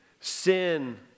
sin